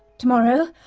tomorrow.